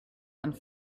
and